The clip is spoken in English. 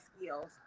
skills